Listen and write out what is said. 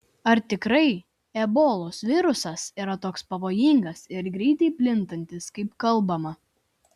ar tikrai ebolos virusas yra toks pavojingas ir greitai plintantis kaip kalbama